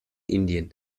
indien